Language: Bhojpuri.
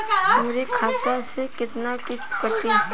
हमरे खाता से कितना किस्त कटी?